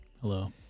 Hello